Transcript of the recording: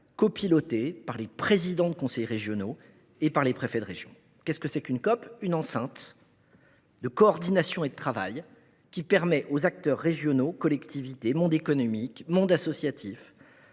copilotées par les présidents de conseil régional et par les préfets de région. Qu’est ce qu’une COP ? C’est une enceinte de coordination et de travail qui permet aux acteurs régionaux, collectivités, monde économique, monde associatif,